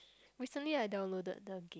recently I downloaded them